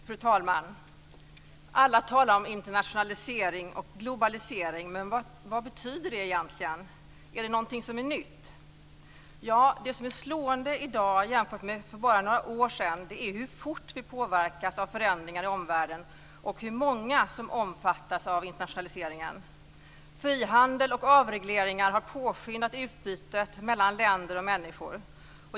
Fru talman! Alla talar om internationalisering och globalisering, men vad betyder det egentligen? Är det någonting som är nytt? Ja, det som är slående i dag jämfört med för bara några år sedan är hur fort vi påverkas av förändringar i omvärlden och hur många det är som omfattas av internationaliseringen. Frihandel och avregleringar har påskyndat utbytet mellan länder och människor.